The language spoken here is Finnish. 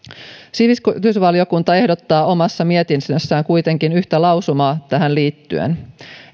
sivistysvaliokunta ehdottaa omassa mietinnössään kuitenkin yhtä lausumaa tähän liittyen